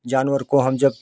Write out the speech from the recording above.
जानवर को हम जब